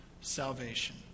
salvation